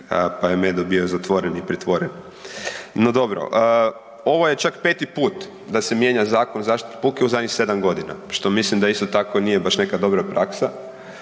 pa je Medo bio zatvoren i pritvoren. No dobro. Ovo je čak peti put da se mijenja Zakon o zaštiti od buke u zadnjih sedam godina, što mislim da isto tako nije baš neka dobra praksa